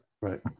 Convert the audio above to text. Right